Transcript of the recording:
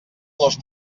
los